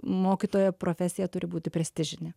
mokytojo profesija turi būti prestižinė